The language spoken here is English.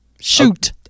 Shoot